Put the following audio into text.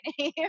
name